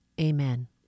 amen